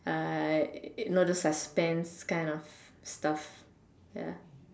uh no those suspend kind of stuff ya